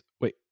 wait